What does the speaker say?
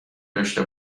داشته